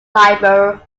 liber